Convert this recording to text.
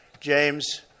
James